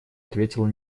ответила